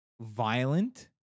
violent